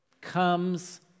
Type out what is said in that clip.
comes